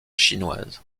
chinoise